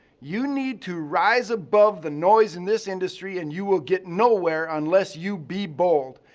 you need to rise above the noise in this industry. and you will get nowhere unless you be bold.